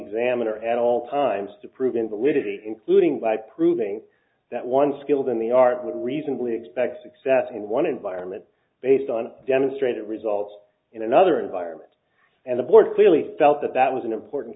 examiner at all times to prove invalidity including by proving that one skilled in the art would reasonably expect success in one environment based on demonstrated results in another environment and the board clearly felt that that was an important